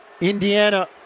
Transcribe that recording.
Indiana